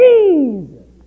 Jesus